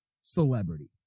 celebrity